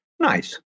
Nice